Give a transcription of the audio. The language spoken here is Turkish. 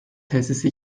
tesisi